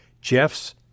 Jeff's